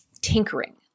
tinkering